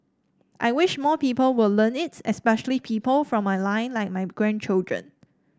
I wish more people will learn it especially people from my line like my grandchildren